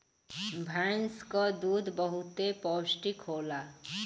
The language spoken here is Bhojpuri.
भैंस क दूध बहुते पौष्टिक होला